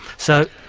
so,